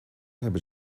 hebben